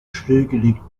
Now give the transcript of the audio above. stillgelegt